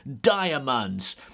diamonds